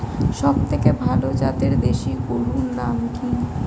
সবথেকে ভালো জাতের দেশি গরুর নাম কি?